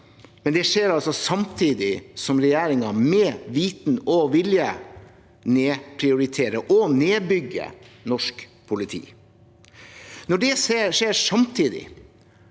Det skjer altså samtidig som regjeringen med viten og vilje nedprioriterer og nedbygger norsk politi. Når det skjer samtidig